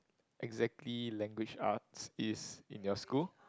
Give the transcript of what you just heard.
exactly language arts is in your school